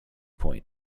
point